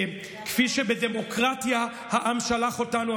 כפי שבדמוקרטיה העם שלח אותנו,